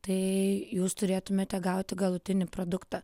tai jūs turėtumėte gauti galutinį produktą